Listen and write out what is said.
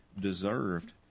deserved